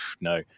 no